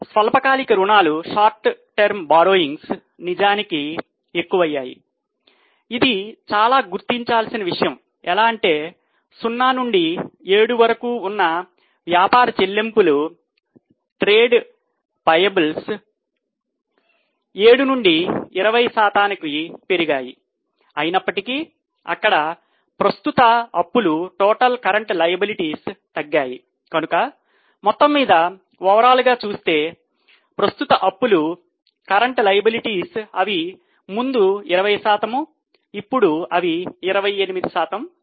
స్వల్పకాలిక రుణాలు అవి ముందు 20 శాతం ఇప్పుడు అవి 28 శాతం అయ్యాయి